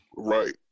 Right